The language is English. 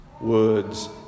words